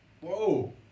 Whoa